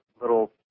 little